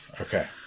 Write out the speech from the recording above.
Okay